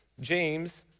James